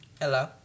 Hello